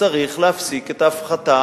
צריך להפסיק את ההפחתה